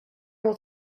will